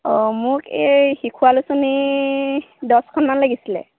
অঁ মোক এই শিশু আলোচনী দহখনমান লাগিছিলে